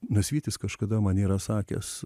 nasvytis kažkada man yra sakęs